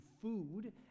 food